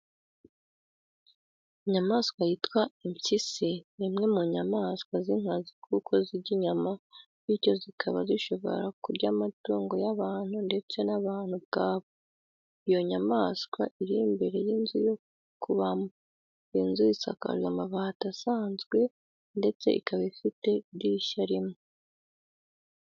Inyamaswa yitwa impyisi ni imwe mu nyamaswa z'inkazi kuko zirya inyama bityo zikaba zishobora kurya amatungo y'abantu ndetse n'abantu ubwabo. Iyo nyamaswa iri imbere y'inzu yo kubamo; inzu isakajwe amabati asnzwe ndetse ikaba ifite idirishya rimwe